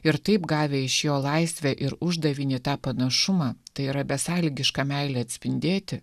ir taip gavę iš jo laisvę ir uždavinį tą panašumą tai yra besąlygiška meilė atspindėti